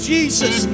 Jesus